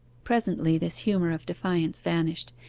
presently this humour of defiance vanished,